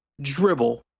dribble